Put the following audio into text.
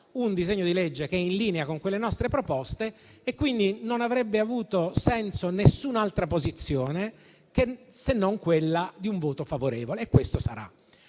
un disegno di legge in linea con le nostre proposte. Quindi, non avrebbe avuto senso nessun'altra posizione se non quella di un voto favorevole e questo sarà.